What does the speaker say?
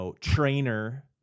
trainer